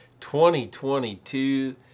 2022